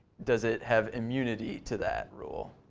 does it have immunity to that rule.